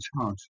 charge